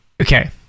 okay